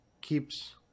keeps